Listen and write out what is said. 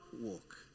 walk